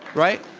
right?